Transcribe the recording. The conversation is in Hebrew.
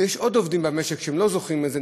ויש עוד עובדים במשק שלא זוכים לזה,